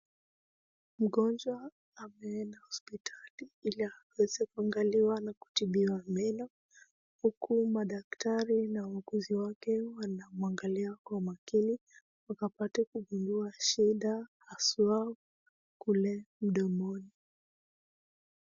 Mgonjwa ameenda hospitali ili aweze kuangaliwa na kutibiwa meno huku madaktari na wauguzi wake wanamwangalia kwa makini ili wakapate kugundua shida haswa kule mdomoni.